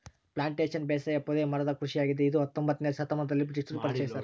plantation ಬೇಸಾಯ ಪೊದೆ ಮರದ ಕೃಷಿಯಾಗಿದೆ ಇದ ಹತ್ತೊಂಬೊತ್ನೆ ಶತಮಾನದಲ್ಲಿ ಬ್ರಿಟಿಷರು ಪರಿಚಯಿಸ್ಯಾರ